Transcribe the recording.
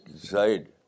decide